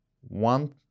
one